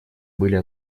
были